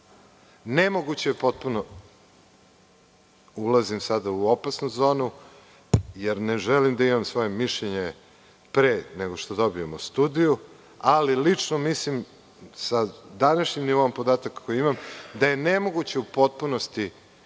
Nemoguće je potpuno, ulazim sada u opasnu zonu, jer ne želim da imam svoje mišljenje pre nego što dobijemo studiju, ali lično mislim sa današnjim nivoom podataka koji imam, da je nemoguće u potpunosti